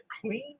clean